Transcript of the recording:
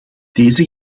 deze